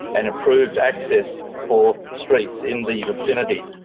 and improved access for streets in the vicinity.